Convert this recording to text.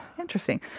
Interesting